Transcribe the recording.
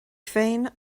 féin